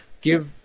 give